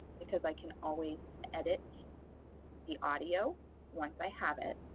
because i can always edit the audio once i have it.